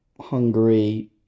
Hungary